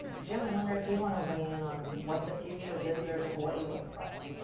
yeah i wonder if you want to weigh in on what the future visitor to hawai'i looks like?